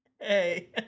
Hey